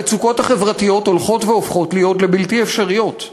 המצוקות החברתיות הולכות והופכות להיות בלתי אפשריות.